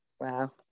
Wow